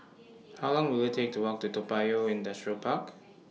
How Long Will IT Take to Walk to Toa Payoh Industrial Park